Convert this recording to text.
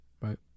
right